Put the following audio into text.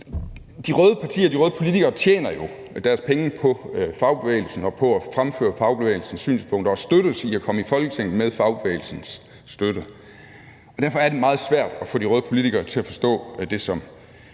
de røde politikere tjener jo deres penge på fagbevægelsen og på at fremføre fagbevægelsens synspunkter, og de hjælpes med at komme i Folketinget med fagbevægelsens støtte. Derfor er det meget svært at få de røde politikere til at forstå det, som